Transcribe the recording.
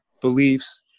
beliefs